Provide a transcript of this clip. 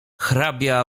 hrabia